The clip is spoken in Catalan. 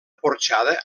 porxada